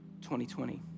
2020